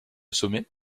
sommet